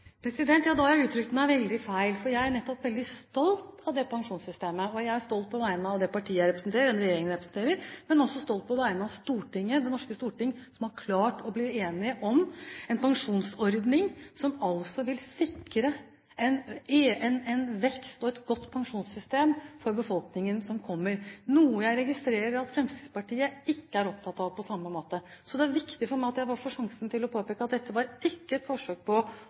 Da har jeg uttrykt meg veldig feil. Jeg er nettopp veldig stolt av det pensjonssystemet. Jeg er stolt på vegne av det partiet jeg representerer, og den regjeringen jeg representerer, men også stolt på vegne av Stortinget, som har klart å bli enig om en pensjonsordning som vil sikre en vekst og et godt pensjonssystem for befolkningen i fremtiden, noe jeg registrerer at Fremskrittspartiet ikke er opptatt av på samme måte. Det er viktig for meg at jeg får sjansen til å påpeke at dette var ikke et forsøk på